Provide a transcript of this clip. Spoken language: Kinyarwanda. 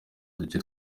duce